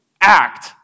act